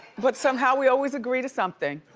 but somehow, we always agree to something.